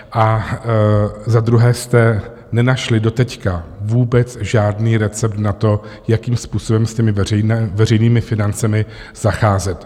A za druhé jste nenašli doteď vůbec žádný recept na to, jakým způsobem s těmi veřejnými financemi zacházet.